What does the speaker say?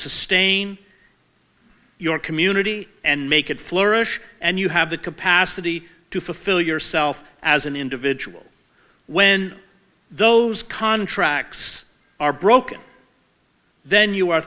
sustain your community and make it flourish and you have the capacity to fulfil yourself as an individual when those contracts are broken then you are